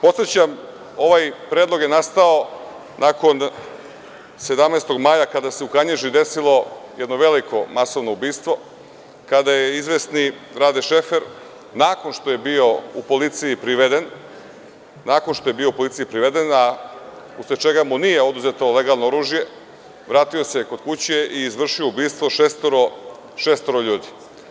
Podsećam, ovaj predlog je nastao nakon 17. maja kada se u Kanjiži desilo jedno veliko masovno ubistvo, a kada je izvesni Rade Šefer, nakon što je bio u policiji, priveden, a usled čega mu nije oduzeto legalno oružje, vratio se kući i izvršio ubistvo šestoro ljudi.